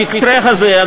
במקרה הזה,